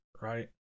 right